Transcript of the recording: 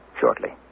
shortly